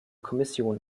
kommission